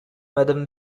madame